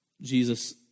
Jesus